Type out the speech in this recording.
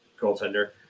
goaltender